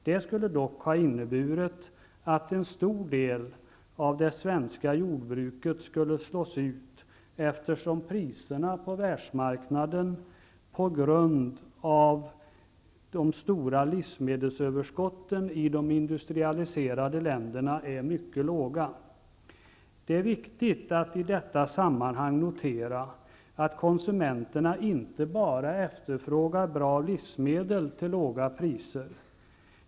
Det skulle dock ha inneburit att en stor del av det svenska jordbruket hade slagits ut, eftersom priserna på världsmarknaden på grund av de stora livsmedelsöverskotten i de industrialiserade länderna är mycket låga. Det är viktigt att i detta sammanhang notera att konsumenterna inte bara efterfrågar bra livsmedel till låga priser.